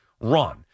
run